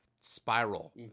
spiral